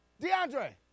DeAndre